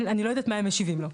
אני לא יודעת מה הם משיבים לו,